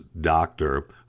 doctor